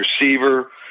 receiver